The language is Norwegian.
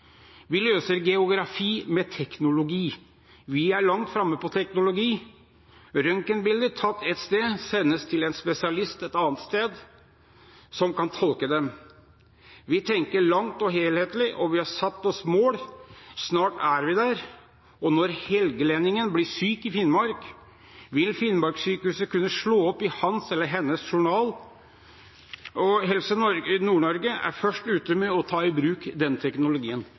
Vi løser geografi med teknologi. Vi er langt framme på teknologi. Røntgenbilder tatt ett sted sendes til en spesialist et annet sted, som kan tolke dem. Vi tenker langsiktig og helhetlig, og vi har satt oss mål. Snart er vi der. Når helgelendingen blir syk i Finnmark, vil finnmarksykehuset kunne slå opp i hans eller hennes journal. Helse Nord er først ute med å ta i bruk denne teknologien.